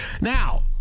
Now